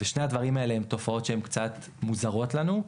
ושני הדברים האלה הן תופעות שהן קצת מוזרות לנו,